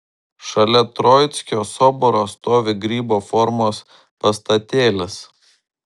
šalia troickio soboro stovi grybo formos pastatėlis